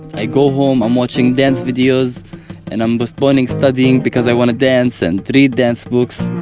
i go home, i'm watching dance videos and i'm postponing studying because i want to dance and read dance books.